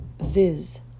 viz